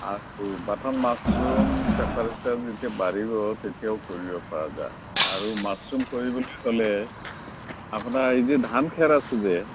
আৰু বাটান mushroom temperature যেতিয়া বাঢ়িব তেতিয়াও কৰিব পৰা যায় আৰু মাছৰুম কৰিবলে হ'লে আপোনাৰ এই যে ধান খেৰ আছে যে